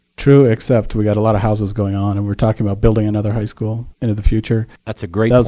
true, except we've got a lot of houses going on and we're talking about building another high school into the future. that's a great point.